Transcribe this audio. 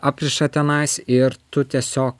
apriša tenais ir tu tiesiog